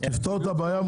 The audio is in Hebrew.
נפתור את הבעיה.